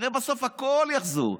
הרי בסוף הכול יחזור.